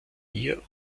hier